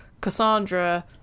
Cassandra